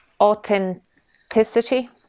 authenticity